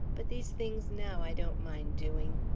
but these things now i don't mind doing.